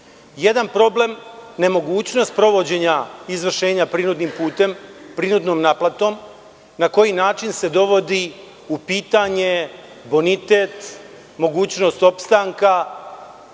Jedan problem je nemogućnost sprovođenja izvršenja prinudnim putem, prinudnom naplatom, na koji način se dovodi u pitanje bonitet, mogućnost opstanka,